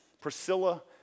Priscilla